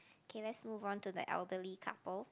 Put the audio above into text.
okay let's move on to the elderly couple